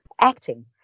acting